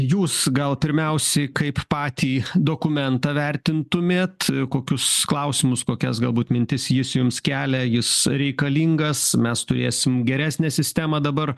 jūs gal pirmiausiai kaip patį dokumentą vertintumėt kokius klausimus kokias galbūt mintis jis jums kelia jis reikalingas mes turėsim geresnę sistemą dabar